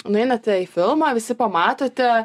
nueinate į filmą visi pamatote